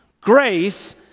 Grace